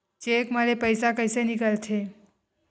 Cheque म ले पईसा कइसे निकलथे?